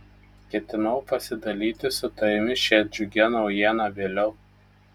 ketinau pasidalyti su tavimi šia džiugia naujiena vėliau